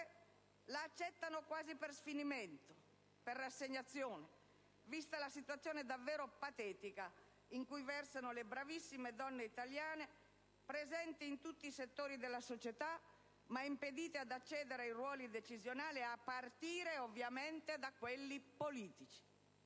l'accettano quasi per sfinimento, per rassegnazione, vista la situazione davvero patetica in cui versano le bravissime donne italiane presenti in tutti i settori della società, ma impedite ad accedere ai ruoli decisionali, a partire, ovviamente, da quelli politici.